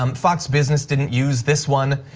um fox business didn't use this one.